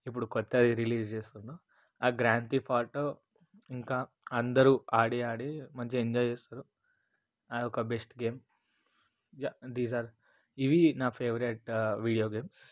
ఇప్పుడు కొత్తది రిలీజ్ చేస్తున్నారు ఆ గ్రాండ్ తీఫ్ ఆటో ఇంకా అందరూ ఆడి ఆడి ఎంజాయ్ చేస్తున్నారు అది ఒక బెస్ట్ గేమ్ ఇంకా దిస్ ఆర్ ద ఇవి నా ఫేవరెట్ వీడియో గేమ్స్